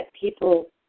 people